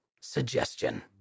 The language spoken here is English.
Suggestion